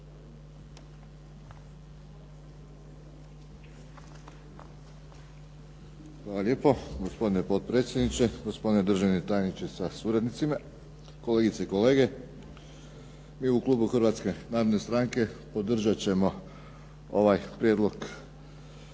Hvala lijepo. Gospodine potpredsjedniče, gospodine državni tajniče sa suradnicima, kolegice i kolege. Mi u klubu Hrvatske narodne stranke podržat ćemo ovaj prijedlog